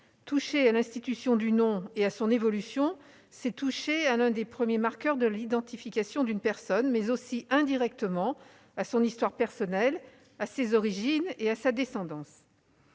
Toucher à l'institution du nom et à son évolution, c'est toucher à l'un des premiers marqueurs de l'identification d'une personne, mais aussi, indirectement, à son histoire personnelle, à ses origines et à sa descendance.